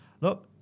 Look